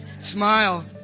Smile